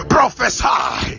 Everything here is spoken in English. Prophesy